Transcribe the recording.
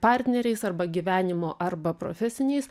partneriais arba gyvenimo arba profesiniais